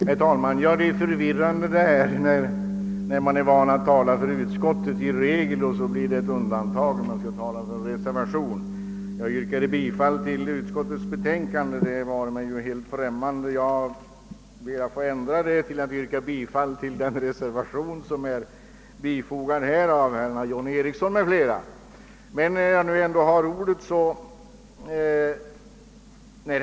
Herr talman! Det är förvirrande när man som regel har att tala för utskottet och det så blir ett undantag och man skall tala för reservationen. Jag råkade yrka bifall till utskottets hemställan. Det vare mig helt fjärran, och jag ber att få ändra mitt yrkande till bifall till den reservation som herr John Ericsson m.fl. har fogat till utskottets betänkande.